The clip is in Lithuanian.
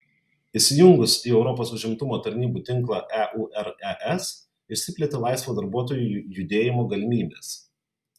įsijungus į europos užimtumo tarnybų tinklą eures išsiplėtė laisvo darbuotojų judėjimo galimybės